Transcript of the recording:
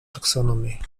taxonomy